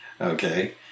Okay